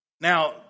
Now